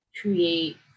create